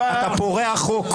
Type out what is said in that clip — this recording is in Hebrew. אתה פורע חוק.